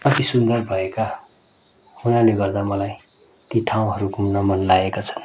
काफी सुन्दर भएका हुनाले गर्दा मलाई ती ठाउँहरू घुम्न मनलागेका छन्